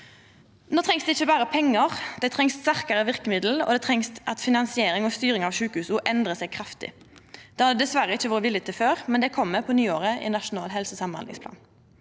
No trengst det ikkje berre pengar, det trengst sterkare verkemiddel, og det trengst at finansiering og styring av sjukehusa blir kraftig endra. Det har det dessverre ikkje vore vilje til før, men det kjem på nyåret i Nasjonal helse- og samhandlingsplan.